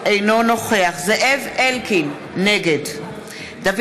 אינו נוכח זאב אלקין, נגד דוד